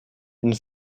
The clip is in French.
une